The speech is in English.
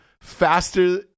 faster